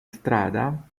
strada